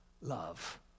love